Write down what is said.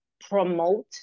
promote